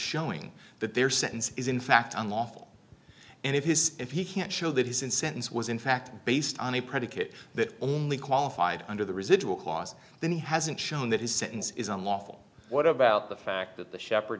showing that their sentence is in fact unlawful and if his if he can't show that he's in sentence was in fact based on a predicate that only qualified under the residual clause then he hasn't shown that his sentence is unlawful what about the fact that the shepherd